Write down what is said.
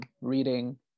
reading